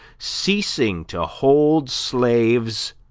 ceasing to hold slaves,